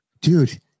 dude